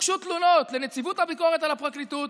הוגשו תלונות לנציבות הביקורת על הפרקליטות,